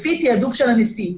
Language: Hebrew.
לפי תעדוף של הנשיא.